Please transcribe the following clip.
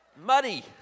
Muddy